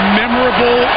memorable